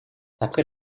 après